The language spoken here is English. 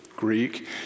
Greek